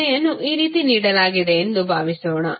ಪ್ರಶ್ನೆಯನ್ನು ಈ ರೀತಿ ನೀಡಲಾಗಿದೆ ಎಂದು ಭಾವಿಸೋಣ